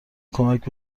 کمک